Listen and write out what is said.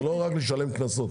זה לא רק לשלם קנסות.